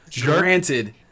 granted